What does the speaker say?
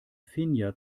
finja